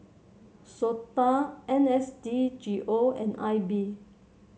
SOTA N S D G O and I B